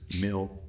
mill